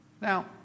Now